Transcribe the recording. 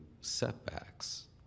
setbacks